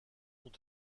sont